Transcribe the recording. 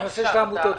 הנושא של העמותות,